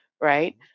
Right